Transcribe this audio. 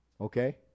Okay